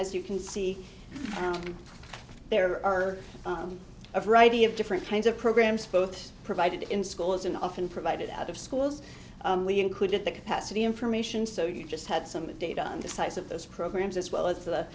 as you can see down there are a variety of different kinds of programs both provided in schools and often provided out of schools included the capacity information so you just had some data on the size of those programs as well as the